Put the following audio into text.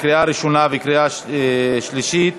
לקריאה שנייה ולקריאה שלישית.